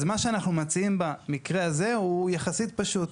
אז מה שאנחנו מציעים במקרה הזה הוא יחסית פשוט.